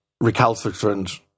Recalcitrant